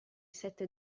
sette